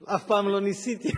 אף פעם לא ניסיתי.